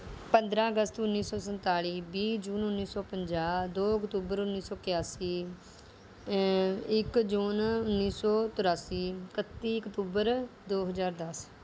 ਪੰਦਰਾਂ ਅਗਸਤ ਉੱਨੀ ਸੌ ਸੰਤਾਲ਼ੀ ਵੀਹ ਜੂਨ ਉੱਨੀ ਸੌ ਪੰਜਾਹ ਦੋ ਅਕਤੂਬਰ ਉੱਨੀ ਸੌ ਇਕਾਸੀ ਇੱਕ ਜੂਨ ਉੱਨੀ ਸੌ ਤ੍ਰਿਆਸੀ ਇਕੱਤੀ ਅਕਤੂਬਰ ਦੋ ਹਜ਼ਾਰ ਦਸ